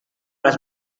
las